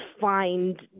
find